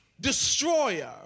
destroyer